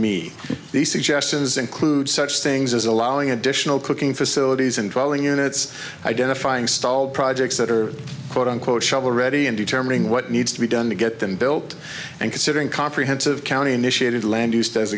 me these suggestions include such things as allowing additional cooking facilities involving units identifying stalled projects that are quote unquote shovel ready and determining what needs to be done to get them built and considering comprehensive county initiated land